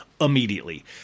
immediately